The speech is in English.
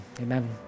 amen